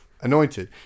Anointed